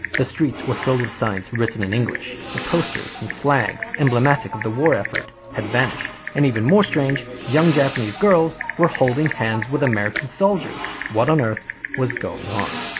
the streets were filled with signs written in english. the posters and flags emblematic of the war effort had vanished. and even more strange, young japanese girls were holding hands with american soldiers. what on earth was going on?